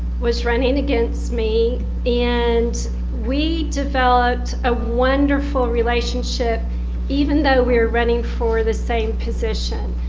was running against me and we developed a wonderful relationship even though we're running for the same position.